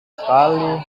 sekali